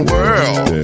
World